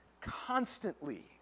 constantly